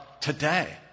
today